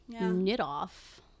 knit-off